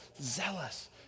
zealous